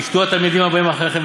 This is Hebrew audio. וישתו התלמידים הבאים אחריכם וימותו,